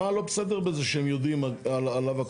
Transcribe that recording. מה לא בסדר בזה שהם יודעים עליו הכל?